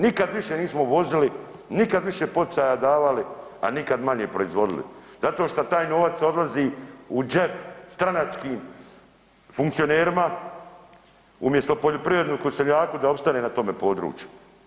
Nikada više nismo uvozili, nikada više poticaja davali, a nikada manje proizvodili zato što taj novac odlazi u džep stranačkim funkcionerima umjesto poljoprivredniku i seljaku da opstane na tome području.